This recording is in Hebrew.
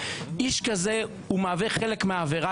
איש כזה מהווה חלק מהעבירה,